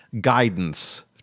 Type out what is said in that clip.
guidance